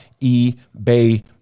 ebay